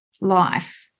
life